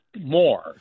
more